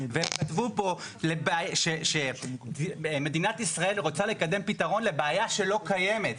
הם כתבו שמדינת ישראל רוצה לקדם פתרון לבעיה שלא קיימת.